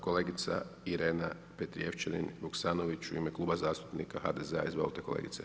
Kolegica Irena Petrijevčanin Vuksanović u ime Kluba zastupnika HDZ-a, izvolite kolegice.